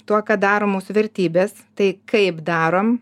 tuo ką daro mūsų vertybės tai kaip darom